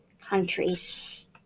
countries